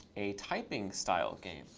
a typing style game.